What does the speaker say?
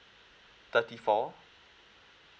thirty four